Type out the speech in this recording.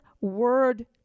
word